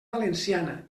valenciana